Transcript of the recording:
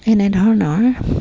এনেধৰণৰ